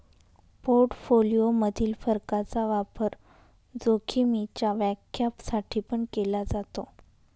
portfolio मधील फरकाचा वापर जोखीमीच्या व्याख्या साठी पण केला जातो